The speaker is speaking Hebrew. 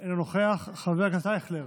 חבר הכנסת קושניר,